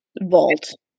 Vault